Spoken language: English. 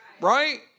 Right